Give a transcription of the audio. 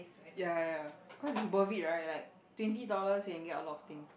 ya ya ya cause is worth it right like twenty dollars can get a lot of things